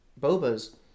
Boba's